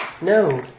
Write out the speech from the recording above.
No